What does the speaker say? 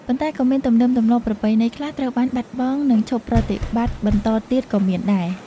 ប៉ុន្តែ ក៏មានទំនៀមទម្លាប់ប្រពៃណីខ្លះ ត្រូវបានបាត់បង់ និងឈប់ប្រតិបត្តិបន្តទៀតក៏មានដែរ។